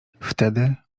wtedy